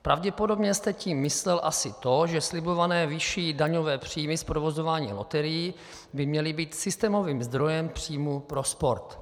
Pravděpodobně jste tím myslel asi to, že slibované vyšší daňové příjmy z provozování loterií by měly být systémovým zdrojem příjmů pro sport.